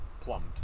plumbed